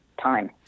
time